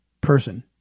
person